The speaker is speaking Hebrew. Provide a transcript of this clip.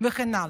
וכן הלאה: